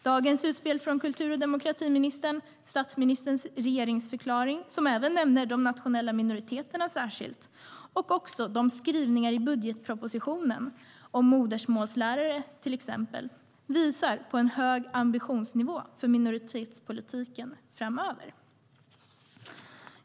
Dagens utspel från kultur och demokratiministern, statsministerns regeringsförklaring - som även särskilt nämner de nationella minoriteterna - och också de skrivningar i budgetpropositionen om till exempel modersmålslärare visar på en hög ambitionsnivå för minoritetspolitiken framöver.